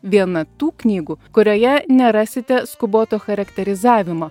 viena tų knygų kurioje nerasite skuboto charakterizavimo